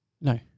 No